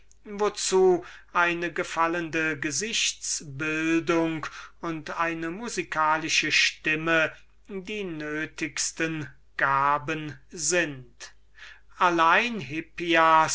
wozu eine gefallende gesichts-bildung und eine musikalische stimme die nötigsten gaben sind allein hippias